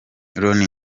loni